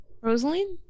Rosaline